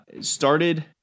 Started